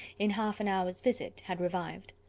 in half an hour's visit, had revived.